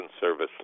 service